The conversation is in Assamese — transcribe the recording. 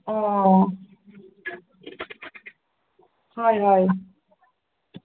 অঁ হয় হয়